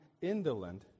indolent